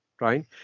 right